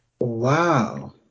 Wow